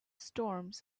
storms